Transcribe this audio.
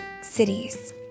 cities